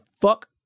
fuck